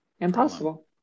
impossible